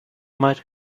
might